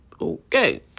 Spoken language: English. okay